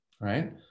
right